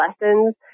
lessons